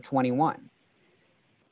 twenty one